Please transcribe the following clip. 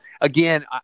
again